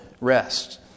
rest